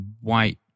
white